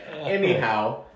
Anyhow